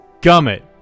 gummit